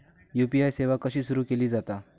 UPI सेवा कशी सुरू केली जाता?